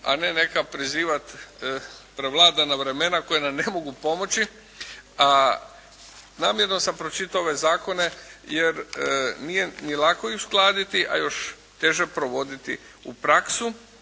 a ne neka prizivati prevladana vremena koja nam ne mogu pomoći, a namjerno sam pročitao ove zakone jer nije ih lako uskladiti a još teže provoditi u praksu,